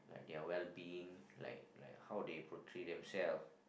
their well being like how they portray themselves